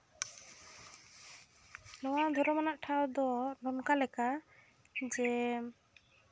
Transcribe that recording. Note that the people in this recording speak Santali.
ᱱᱚᱣᱟ ᱫᱷᱚᱨᱚᱢᱟᱱᱟᱜ ᱴᱷᱟᱶ ᱫᱚ ᱱᱚᱝᱠᱟ ᱞᱮᱠᱟ ᱡᱮ